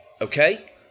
okay